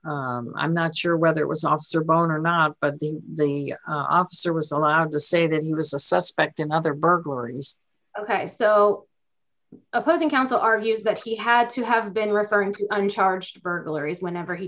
honor i'm not sure whether it was also a bone or not but the officer was allowed to say that he was a suspect in other burglaries ok so opposing counsel argues that he had to have been referring to and charged burglaries whenever he